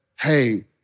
hey